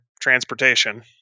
transportation